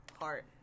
heart